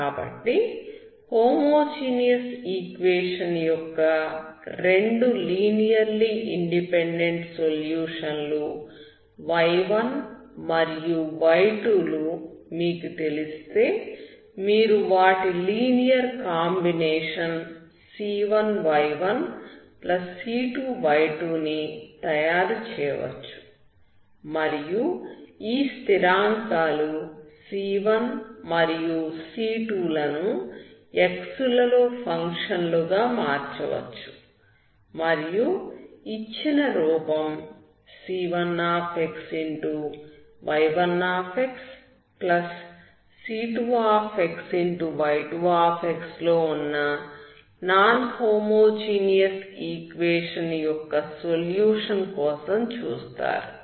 కాబట్టి homogeneous equation యొక్క రెండు లీనియర్లీ ఇండిపెండెంట్ సొల్యూషన్ లు y1 మరియు y2 లు మీకు తెలిస్తే మీరు వాటి లీనియర్ కాంబినేషన్ c1y1c2y2 ని తయారు చేయవచ్చు మరియు ఈ స్థిరాం కాలు c1మరియు c2 లను x లలో ఫంక్షన్ లు గా మార్చవచ్చు మరియు ఇచ్చిన రూపం c1xy1c2y2 లో ఉన్న నాన్ హోమోజీనియస్ ఈక్వేషన్ యొక్క సొల్యూషన్ కోసం చూస్తారు